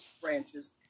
branches